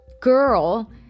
girl